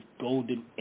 golden